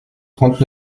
trente